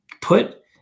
put